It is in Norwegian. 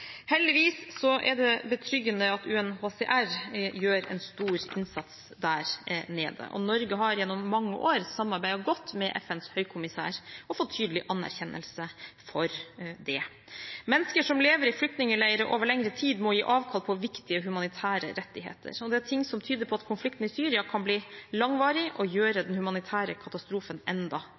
Heldigvis er det betryggende at UNHCR gjør en stor innsats der nede, og Norge har gjennom mange år samarbeidet godt med FNs høykommissær og fått tydelig anerkjennelse for det. Mennesker som lever i flyktningleirer over lengre tid, må gi avkall på viktige humanitære rettigheter. Det er ting som tyder på at konflikten i Syria kan bli langvarig og gjøre den humanitære katastrofen enda